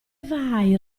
vai